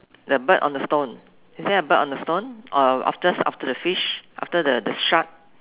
the bird on the stone is there a bird on the stone or after the fish after the the shark